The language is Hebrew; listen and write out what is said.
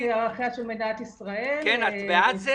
את בעד זה